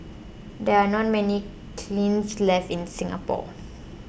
there are not many kilns left in Singapore